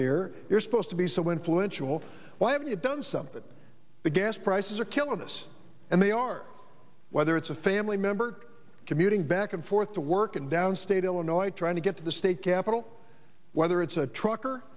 here you're supposed to be so influential why haven't you done something the gas prices are killing us and they are whether it's a family member commuting back and forth to work in downstate illinois trying to get to the state capital whether it's a truck